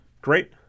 Great